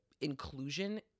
inclusion